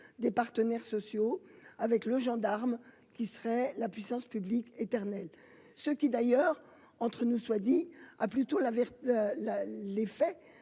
des partenaires sociaux avec le gendarme qui serait la puissance publique éternel. Ce qui d'ailleurs entre nous soit dit, ah plutôt la